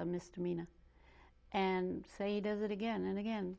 a misdemeanor and say does it again and again